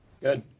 Good